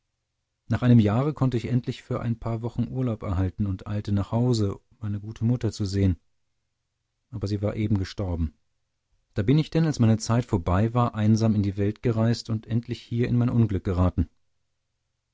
nach einem jahre konnte ich endlich für ein paar wochen urlaub erhalten und eilte nach hause meine gute mutter zu sehen aber sie war eben gestorben da bin ich denn als meine zeit vorbei war einsam in die welt gereist und endlich hier in mein unglück geraten